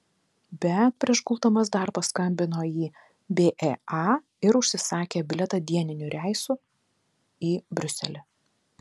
bet prieš guldamas dar paskambino į bea ir užsisakė bilietą dieniniu reisu į briuselį